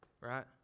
right